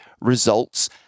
results